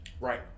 Right